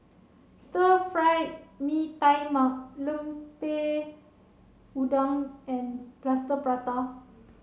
Stir Fried Mee Tai Mak Lemper Udang and Plaster Prata